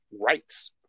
rights